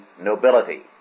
nobility